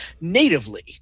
natively